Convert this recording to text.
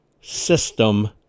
system